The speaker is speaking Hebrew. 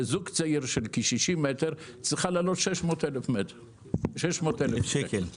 כ-60 מטר צריכה לעלות לזוג צעיר 600,000 שקל.